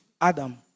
Adam